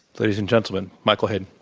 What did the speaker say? ladies and gentleman, michael hayden.